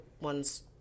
ones